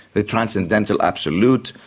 the transcendental absolute,